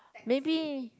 maybe